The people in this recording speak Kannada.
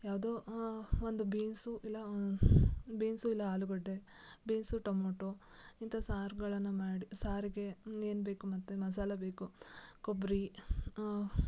ಯಾವುದೋ ಒಂದು ಬೀನ್ಸು ಇಲ್ಲ ಬೀನ್ಸು ಇಲ್ಲ ಆಲೂಗಡ್ಡೆ ಬೀನ್ಸು ಟೊಮೆಟೋ ಇಂಥ ಸಾರುಗಳನ್ನು ಮಾಡು ಸಾರಿಗೆ ಏನು ಬೇಕು ಮತ್ತು ಮಸಾಲ ಬೇಕು ಕೊಬ್ಬರಿ